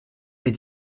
est